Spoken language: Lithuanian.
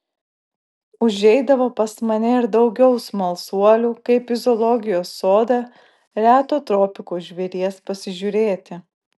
užeidavo pas mane ir daugiau smalsuolių kaip į zoologijos sodą reto tropikų žvėries pasižiūrėti